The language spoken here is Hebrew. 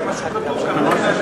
זה מה שכתוב כאן.